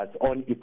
on